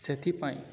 ସେଥିପାଇଁ